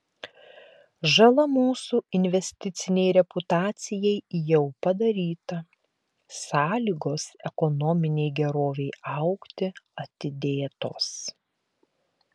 žala mūsų investicinei reputacijai jau padaryta sąlygos ekonominei gerovei augti atidėtos